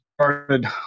started